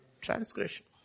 transgression